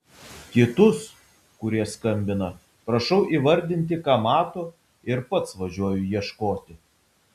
kitus kurie skambina prašau įvardinti ką mato ir pats važiuoju ieškoti